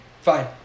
fine